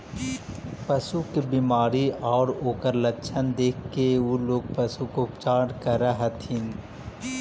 पशु के बीमारी आउ ओकर लक्षण देखके उ लोग पशु के उपचार करऽ हथिन